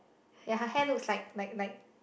ya her hair looks like like like